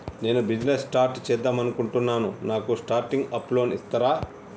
నేను business start చేద్దామనుకుంటున్నాను నాకు స్టార్టింగ్ అప్ లోన్ ఇస్తారా?